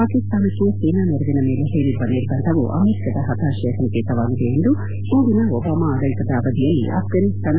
ಪಾಕಿಸ್ತಾನಕ್ಷೆ ಸೇನಾ ನೆರವಿನ ಮೇಲೆ ಹೇರಿರುವ ನಿರ್ಬಂಧವು ಅಮೆರಿಕದ ಹತಾಶೆಯ ಸಂಕೇತವಾಗಿದೆ ಎಂದು ಹಿಂದಿನ ಒಬಾಮ ಆಡಳಿತದ ಅವಧಿಯಲ್ಲಿ ಅಫ್ರಾನಿಸ್ತಾನ